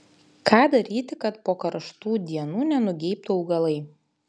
ką daryti kad po karštų dienų nenugeibtų augalai